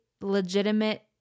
legitimate